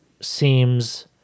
seems